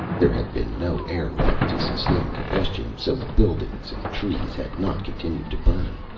there had been no air left to sustain combustion, so buildings and trees had not continued to burn,